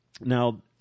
now